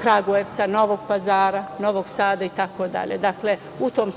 Kragujevca, Novog Pazara, Novog Sada, itd. Dakle, u tom